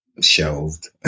shelved